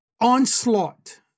onslaught